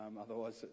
otherwise